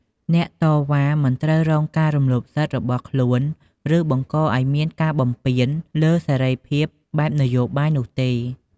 អ្នកតវ៉ាមិនត្រូវរងការរំលោភសិទ្ធិរបស់ខ្លួន ឬបង្កឱ្យមានការបំពានលើសេរីភាពបែបនយោបាយនោះទេ។